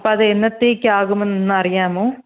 അപ്പം അത് എന്നത്തേക്ക് ആകുമെന്ന് ഒന്ന് അറിയാമോ